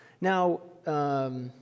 Now